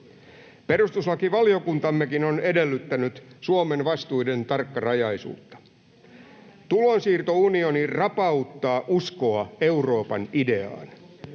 Perustuslakivaliokuntammekin on edellyttänyt Suomen vastuiden tarkkarajaisuutta. Tulonsiirtounioni rapauttaa uskoa Euroopan ideaan.